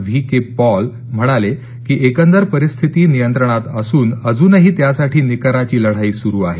V K Paul म्हणाले की एकंदर परिस्थिती नियंत्रणात असून अजूनही त्यासाठी निकराची लढाई सुरु आहे